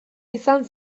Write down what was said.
izan